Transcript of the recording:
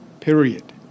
Period